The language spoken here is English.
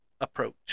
approach